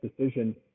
decision